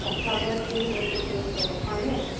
আচ্ছা গুৱাহাটী ইউভাৰ্চিটিৰ ওচৰত হয়নে